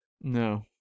No